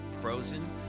frozen